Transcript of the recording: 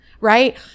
right